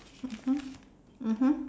mmhmm mmhmm